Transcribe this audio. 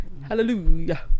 Hallelujah